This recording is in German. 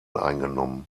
eingenommen